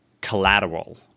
collateral